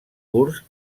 curts